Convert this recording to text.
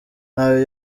ntayo